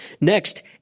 Next